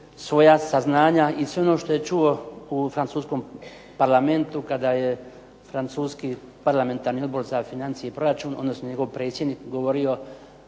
svoja saznanja i sve ono što je čuo u francuskom Parlamentu kada je francuski parlamentarni Odbor za financije i proračun, odnosno njegov predsjednik govorio